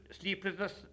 Sleeplessness